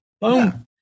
Boom